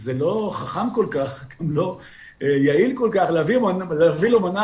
זה לא חכם כל כך ולא יעיל כל כך להביא לו מנה